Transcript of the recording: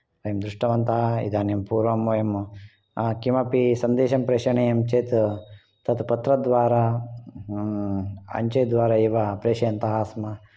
दृष्टवन्तः इदानीं पूर्वं वयं किमपि सन्देशं प्रेषणीयं चेत् तत् पत्र द्वारा अञ्चेद्वारा एव प्रेषयन्तः आस्म